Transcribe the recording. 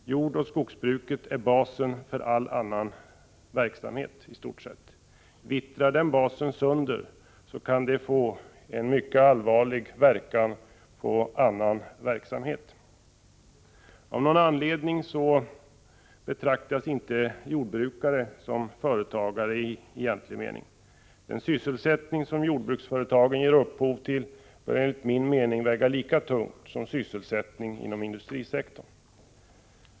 Jordoch skogsbruket är i stort sett basen för all annan verksamhet. Vittrar den basen sönder kan det få mycket allvarliga verkningar för annan verksamhet. Av någon anledning betraktas inte jordbrukare som företagare i egentlig mening. Den sysselsättning som jordbruksföretagen ger upphov till bör enligt min mening väga lika tungt som sysselsättning inom industrisektorn.